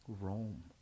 Rome